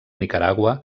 nicaragua